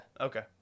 Okay